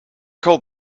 call